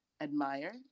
admire